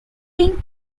pink